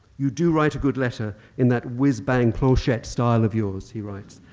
you do write a good letter in that whiz-bang clochette style of yours, he writes.